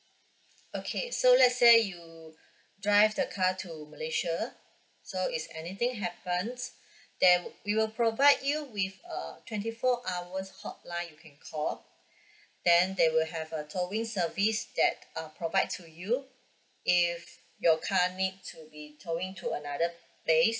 okay so let's say you drive the car to malaysia so is anything happens there'll we will provide you with uh twenty four hours hotline you can call then they will have a towing service that are provides to you if your car need to be towing to another place